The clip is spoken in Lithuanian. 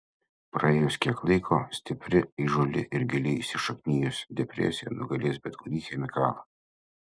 praėjus kiek laiko stipri įžūli ir giliai įsišaknijus depresija nugalės bet kurį chemikalą